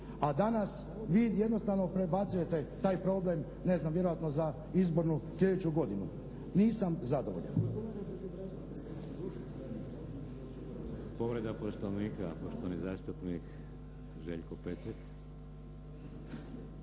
a danas vi jednostavno prebacujete taj problem ne znam, vjerojatno za izbornu sljedeću godinu. Nisam zadovoljan.